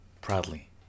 proudly